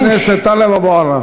חבר הכנסת טלב אבו עראר.